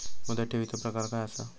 मुदत ठेवीचो प्रकार काय असा?